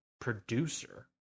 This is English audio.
producer